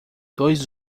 dois